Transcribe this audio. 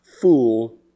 fool